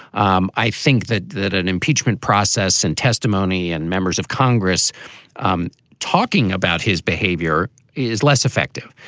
um i think that that an impeachment process and testimony and members of congress um talking about his behavior is less effective.